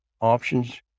options